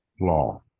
law